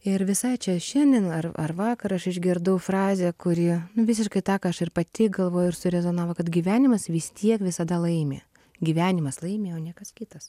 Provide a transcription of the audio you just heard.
ir visai čia šiandien ar ar vakar aš išgirdau frazę kuri nu visiškai tą ką aš ir pati galvoju ir surezonavo kad gyvenimas vis tiek visada laimi gyvenimas laimi o ne kas kitas